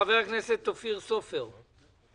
חבר הכנסת אופיר סופר, בבקשה.